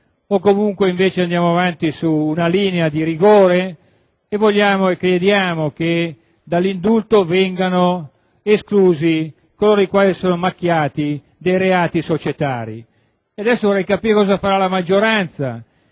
o invece andiamo avanti su una linea di rigore. Noi vogliamo e crediamo che dall'indulto vengano esclusi coloro i quali si sono macchiati di reati societari. Adesso vorrei capire cosa farà la maggioranza.